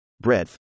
Breadth